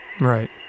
Right